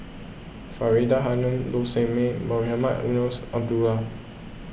Faridah Hanum Low Sanmay Mohamed Eunos Abdullah